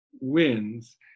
wins